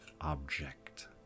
object